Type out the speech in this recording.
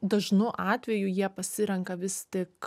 dažnu atveju jie pasirenka vis tik